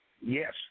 Yes